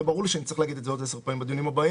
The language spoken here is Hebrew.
וברור לי שנצטרך להגיד את זה עוד עשר פעמים בדיונים הבאים,